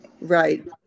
Right